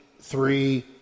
three